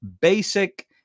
basic